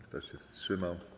Kto się wstrzymał?